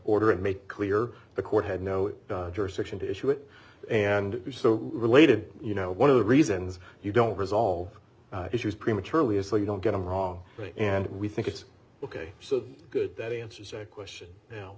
order and make clear the court had no jurisdiction to issue it and you so related you know one of the reasons you don't resolve issues prematurely is that you don't get them wrong and we think it's ok so good that he answers a question now